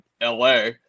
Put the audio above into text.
LA